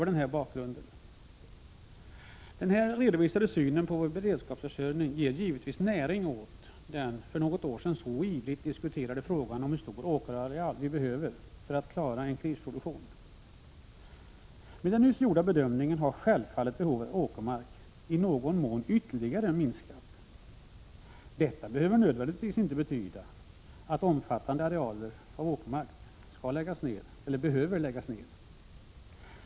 Den nyss redovisade synen på vår beredskapsförsörjning ger givetvis näring åt den för något år sedan så ivrigt diskuterade frågan om hur stor åkerareal vi behöver för att klara en krisproduktion. Med hänsyn till den nyss gjorda bedömningen har självfallet behovet av åkermark i någon mån ytterligare minskat. Detta behöver inte nödvändigtvis betyda att omfattande arealer åkermark måste läggas ner.